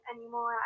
anymore